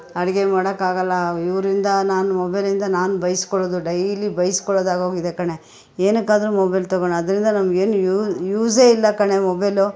ಅಡುಗೆ ಮಾಡೋಕ್ಕಾಗಲ್ಲ ಇವರಿಂದ ನಾನು ಮೊಬೈಲಿಂದ ನಾನು ಬೈಸ್ಕೊಳ್ಳೋದು ಡೈಲಿ ಬೈಸ್ಕೊಳ್ಳೋದು ಆಗೋಗಿದೆ ಕಣೆ ಏನಕ್ಕಾದರೂ ಮೊಬೈಲ್ ತಗೊಂಡ್ನೋ ಅದರಿಂದ ನಮ್ಗೇನು ಯೂಸೇ ಇಲ್ಲ ಕಣೆ ಮೊಬೈಲು